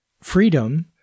freedom